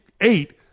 eight